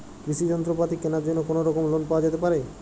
কৃষিযন্ত্রপাতি কেনার জন্য কোনোরকম লোন পাওয়া যেতে পারে?